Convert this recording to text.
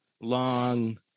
long